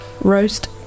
roast